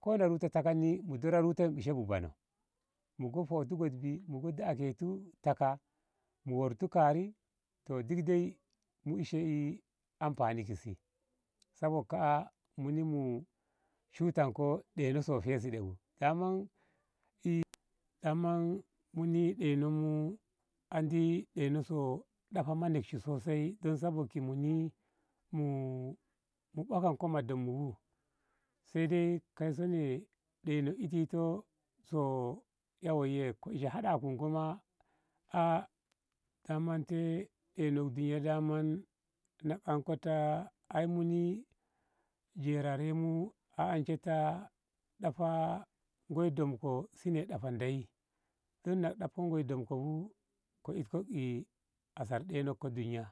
ko lo ruta takanni mu dura ruta ishe banoh bu mu go hoti gojbi mu go daketu taka mu wortu kari toh duk dai mu ishek amfani ki si sabok ka. a muni mu shutanko ɗeinok feside bu daman muni ɗeinon andi ɗeino so ɗaha manakshi sosai don saboK muni mu ɗokanko ma dommu bu sai dai kaiso ne ɗeino itito ko ya waiye ko ishe haɗakuk ngoi ma a a daman te ɗeinok duniya daman na anko ta ai muni jerare mu a anshe da ɗafa ngoi domko shine dafa ndeyi ngoi na ɗafko ngoi domko bu ko itko asar ɗeinokko duniya.